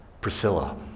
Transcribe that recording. Priscilla